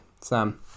Sam